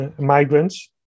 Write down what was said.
migrants